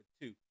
two